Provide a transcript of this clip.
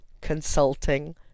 consulting